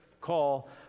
call